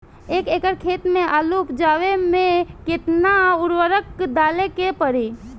एक एकड़ खेत मे आलू उपजावे मे केतना उर्वरक डाले के पड़ी?